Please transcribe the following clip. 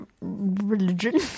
religion